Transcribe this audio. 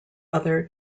other